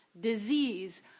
disease